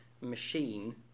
machine